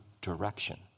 direction